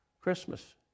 Christmas